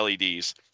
LEDs